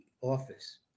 office